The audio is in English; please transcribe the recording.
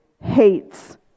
hates